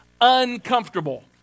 uncomfortable